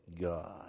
God